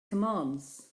commands